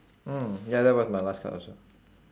mm ya that was my last card also